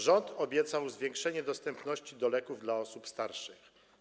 Rząd obiecał zwiększenie dostępności leków dla osób starszych.